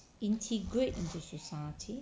integrate into society